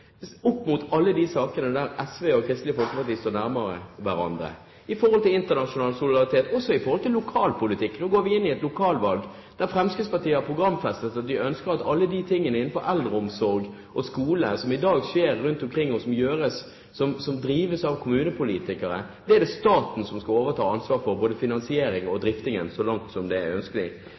opp mot alle de sakene der SV og Kristelig Folkeparti står nærmere hverandre, i forhold til internasjonal solidaritet, og også i forhold til lokalpolitikken. Nå går vi inn i et lokalvalg, og Fremskrittspartiet har programfestet at de ønsker at alle de tingene innenfor eldreomsorg og skole som i dag skjer rundt omkring, og som drives av kommune, skal staten overta ansvaret for, både finansiering og driftingen, så langt som det er ønskelig.